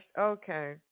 Okay